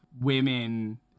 women